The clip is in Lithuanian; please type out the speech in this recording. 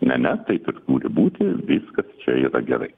na ne taip ir turi būti viskas čia yra gerai